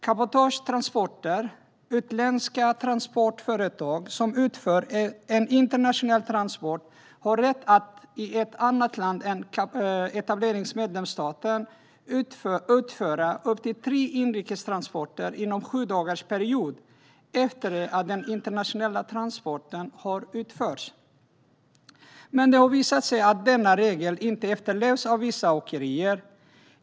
Cabotagetransporter, utländska transportföretag som utför en internationell transport, har rätt att i ett annat land än etableringsmedlemsstaten utföra upp till tre inrikes transporter inom en sjudagarsperiod efter det att den internationella transporten har utförts. Men det har visat sig att denna regel inte efterlevs av vissa åkerier.